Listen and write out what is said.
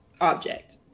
object